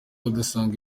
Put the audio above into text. usanga